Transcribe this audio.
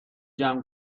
جمع